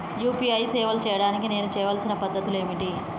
UPI సేవలు చేయడానికి నేను చేయవలసిన పద్ధతులు ఏమిటి?